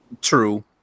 True